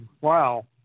wow